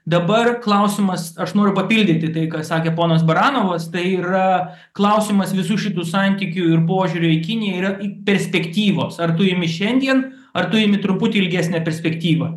dabar klausimas aš noriu papildyti tai ką sakė ponas baranovas tai yra klausimas visų šitų santykių ir požiūrio į kiniją yra perspektyvos ar tu imi šiandien ar tu imi truputį ilgesnę perspektyvą